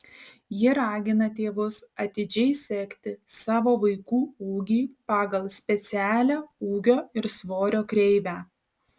ji ragina tėvus atidžiai sekti savo vaikų ūgį pagal specialią ūgio ir svorio kreivę